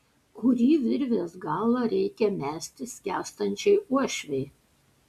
kurį virvės galą reikia mesti skęstančiai uošvei